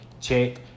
Check